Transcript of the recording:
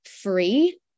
Free